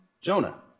Jonah